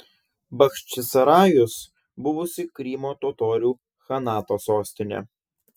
bachčisarajus buvusi krymo totorių chanato sostinė